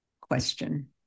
question